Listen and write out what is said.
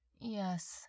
Yes